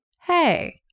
hey